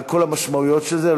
על כל המשמעויות של זה.